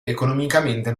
economicamente